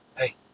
hey